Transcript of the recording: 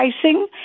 pricing